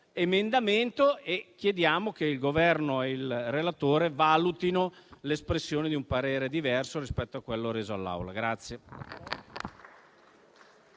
emendamento e chiediamo che il Governo e il relatore valutino l'espressione di un parere diverso rispetto a quello reso all'Assemblea.